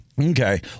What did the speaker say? Okay